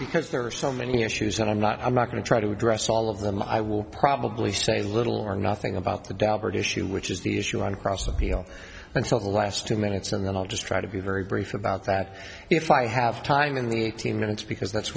because there are so many issues and i'm not i'm not going to try to address all of them i will probably say little or nothing about the daubert issue which is the issue on cross appeal until the last two minutes and then i'll just try to be very brief about that if i have time in the eighteen minutes because that's